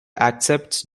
accepts